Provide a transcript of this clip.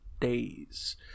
days